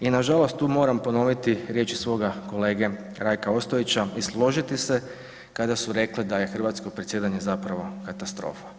I nažalost tu moram ponoviti riječi svoga kolega Rajka Ostojića i složiti se kada su rekli da je hrvatsko predsjedanje zapravo katastrofa.